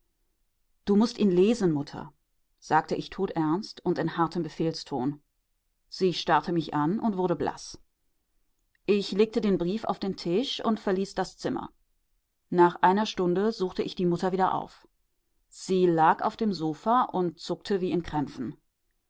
du mußt ihn lesen mutter sagte ich todernst und in hartem befehlston sie starrte mich an und wurde blaß ich legte den brief auf den tisch und verließ das zimmer nach einer stunde suchte ich die mutter wieder auf sie lag auf dem sofa und zuckte wie